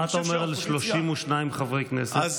מה אתה אומר על 32 חברי כנסת?